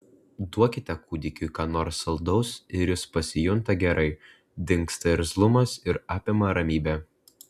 duokite kūdikiui ką nors saldaus ir jis pasijunta gerai dingsta irzlumas ir apima ramybė